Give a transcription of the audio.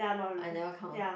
I never count